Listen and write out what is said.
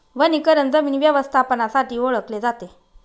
वनीकरण जमीन व्यवस्थापनासाठी ओळखले जाते